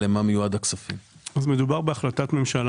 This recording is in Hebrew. זו החלטת ממשלה